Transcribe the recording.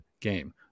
game